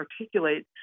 articulate